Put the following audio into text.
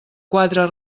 quatre